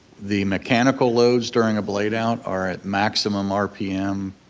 the mechanical loads during a blade out are at maximum rpm,